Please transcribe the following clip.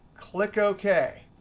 click ok.